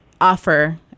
offer